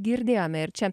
girdėjome ir čia